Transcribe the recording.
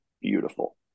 beautiful